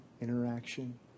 interaction